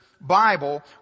Bible